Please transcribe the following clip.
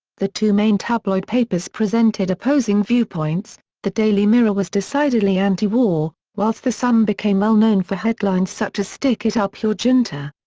the two main tabloid papers presented opposing viewpoints the daily mirror was decidedly anti-war, whilst the sun became well known for headlines such as stick it up your junta,